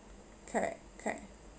correct correct